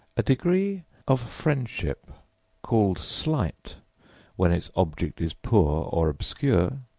a degree of friendship called slight when its object is poor or obscure,